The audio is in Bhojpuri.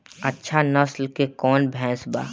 अच्छा नस्ल के कौन भैंस बा?